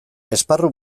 esparru